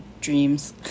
dreams